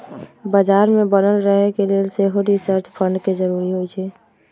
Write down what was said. बजार में बनल रहे के लेल सेहो रिसर्च फंड के जरूरी होइ छै